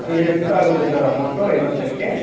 ಎಷ್ಟು ಆಗುತ್ತೆ sir amount ಐನೂರು ಜನಕ್ಕೆ